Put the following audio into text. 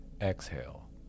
Exhale